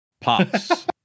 pops